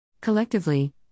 Collectively